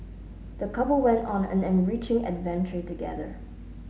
the couple went on an enriching adventure together